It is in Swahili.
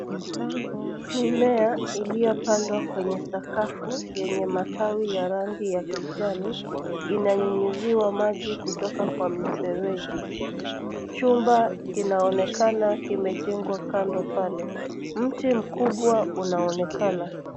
Mimea iliyopandwa kwenye sakafu yenye matawi ya rangi ya kijani, inanyunyiziwa maji kutoka kwa mifereji. Chumba kinaonekana kimejengwa kando pale. Mti mkubwa unaonekana.